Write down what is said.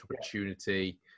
opportunity